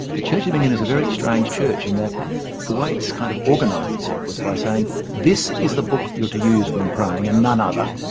the church of england is a very strange church in that the way it's kind of organised itself was by saying this is the book you're to use when praying and none other.